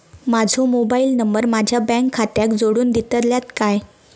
माजो mobile number माझ्या bank खात्याक जोडून दितल्यात काय?